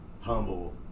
humble